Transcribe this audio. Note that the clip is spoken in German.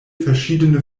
verschiedene